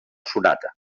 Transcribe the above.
sonata